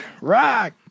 rock